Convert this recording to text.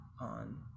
on